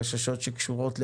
חששות שקשורות לבטיחות,